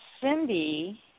Cindy